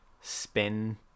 spin